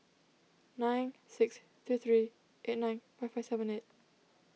nine six three three eight nine five five seven eight